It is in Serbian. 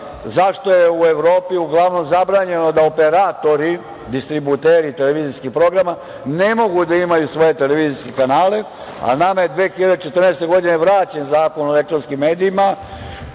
zašto je u Evropi uglavnom zabranjeno da operatori, distributeri televizijskog programa ne mogu da imaju svoje televizijske kanale, a nama je 2014. godine vraćen Zakon o elektronskim medijima